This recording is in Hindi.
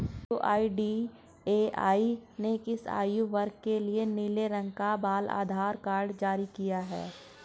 यू.आई.डी.ए.आई ने किस आयु वर्ग के लिए नीले रंग का बाल आधार कार्ड जारी किया है?